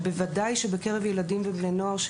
ובוודאי שבקרב ילדים ובני נוער,